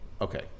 okay